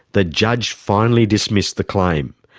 the judge finally dismissed the claim,